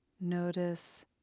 notice